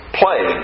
play